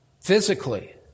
physically